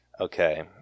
Okay